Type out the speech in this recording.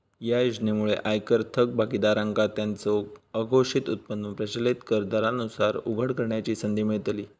या योजनेमुळे आयकर थकबाकीदारांका त्यांचो अघोषित उत्पन्न प्रचलित कर दरांनुसार उघड करण्याची संधी मिळतली